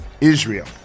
Israel